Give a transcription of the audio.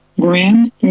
grand